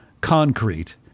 concrete